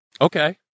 Okay